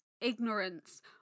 ignorance